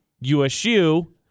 USU